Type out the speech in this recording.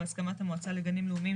בהסכמת המועצה לגנים לאומיים,